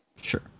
Sure